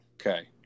Okay